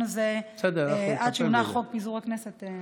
הזה הוא עד שיונח חוק פיזור הכנסת,